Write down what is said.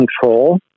control